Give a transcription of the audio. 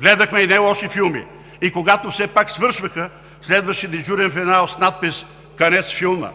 Гледахме и нелоши филми. И когато все пак свършваха, следваше дежурен финал с надпис: „Конец фильма“.